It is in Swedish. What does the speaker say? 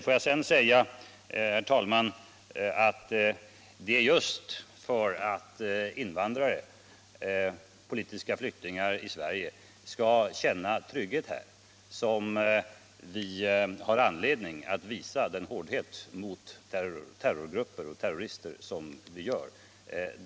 Sedan vill jag, herr talman, säga att det är just för att invandrare och politiska flyktingar skall kunna känna trygghet i Sverige som vi har anledning att visa den hårdhet mot terrorgrupper och terrorister som vi gör.